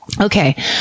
Okay